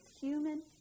human